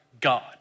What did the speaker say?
God